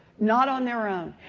not on their own.